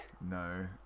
No